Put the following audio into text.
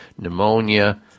pneumonia